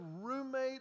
roommate